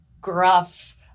gruff